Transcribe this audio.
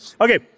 okay